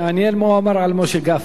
מעניין מה הוא אמר על משה גפני.